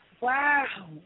Wow